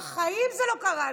בחיים זה לא קרה לי.